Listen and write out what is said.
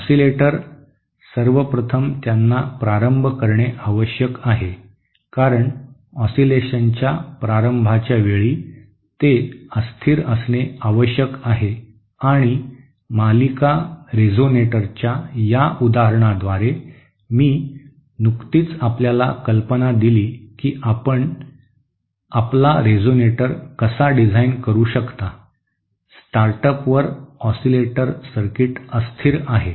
oscillator सर्व प्रथम त्यांना प्रारंभ करणे आवश्यक आहे कारण ओसीलेशनच्या प्रारंभाच्या वेळी ते अस्थिर असणे आवश्यक आहे आणि मालिका रेझोनेटरच्या या उदाहरणाद्वारे मी नुकतीच आपल्याला कल्पना दिली की आपण आपला रेझोनेटर कसा डिझाइन करू शकता स्टार्टअपवर ऑसीलेटर सर्किट अस्थिर आहे